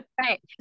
Right